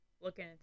looking